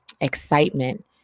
excitement